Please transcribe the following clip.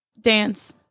Dance